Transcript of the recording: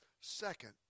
second